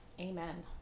Amen